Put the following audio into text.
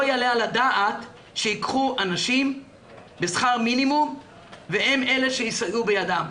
לא יעלה על הדעת שייקחו אנשים בשכר מינימום והם אלה שיסייעו בידם.